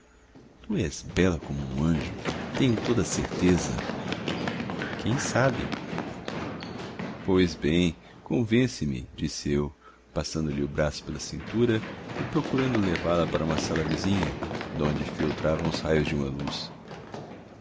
bela como um anjo tenho toda a certeza quem sabe pois bem convence me disse eu passando-lhe o braço pela cintura e procurando levá-la para uma sala vizinha donde filtravam os raios de uma luz